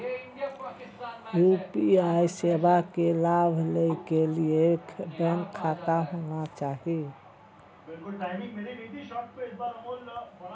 UPI सेवा के लाभ लै के लिए बैंक खाता होना चाहि?